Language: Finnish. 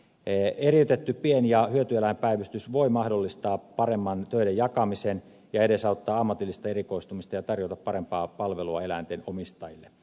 eriytetty pien ja hyötyeläinpäivystys voi mahdollistaa paremman töiden jakamisen ja edesauttaa ammatillista erikoistumista ja tarjota parempaa palvelua eläinten omistajille